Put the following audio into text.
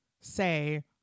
say